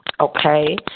Okay